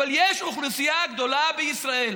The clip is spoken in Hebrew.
אבל יש אוכלוסייה גדולה בישראל,